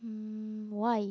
mm why